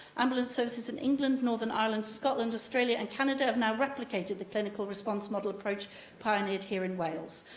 ambulance services in england, northern ireland, scotland, australia and canada have now replicated the clinical response model approach pioneered here in wales.